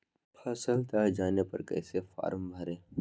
फसल दह जाने पर कैसे फॉर्म भरे?